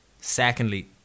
Secondly